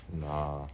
Nah